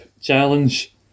challenge